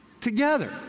Together